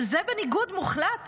אבל זאת בניגוד מוחלט